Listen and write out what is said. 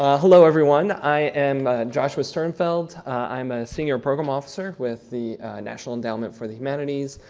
ah hello everyone. i am joshua sternfeld. i'm a senior program officer with the national endowment for the humanities,